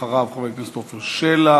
אחריו, חבר הכנסת עפר שלח.